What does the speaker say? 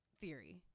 theory